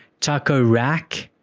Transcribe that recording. taco rack.